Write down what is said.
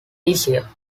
easier